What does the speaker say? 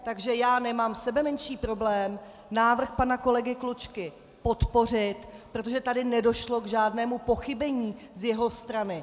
Takže já nemám sebemenší problém návrh pana kolegy Klučky podpořit, protože tady nedošlo k žádnému pochybení z jeho strany.